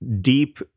deep